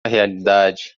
realidade